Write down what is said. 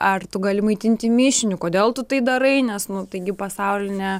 ar tu gali maitinti mišiniu kodėl tu tai darai nes nu taigi pasaulinė